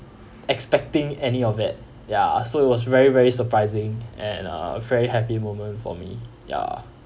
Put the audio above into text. expecting any of that ya so it was very very surprising and uh very happy moment for me ya